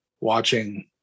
watching